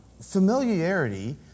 familiarity